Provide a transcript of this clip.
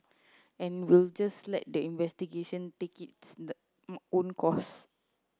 and we'll just let the investigation take its the own course